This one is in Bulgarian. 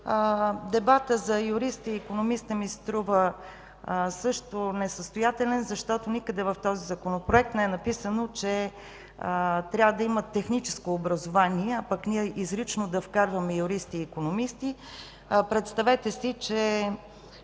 Дебатът за юриста и икономиста ми се струва също несъстоятелен, защото никъде в този Законопроект не е написано, че трябва да има техническо образование, а пък ние изрично да вкарваме юристи и икономисти. Представете си, че